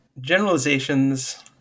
generalizations